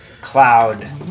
cloud